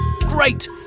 Great